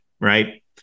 right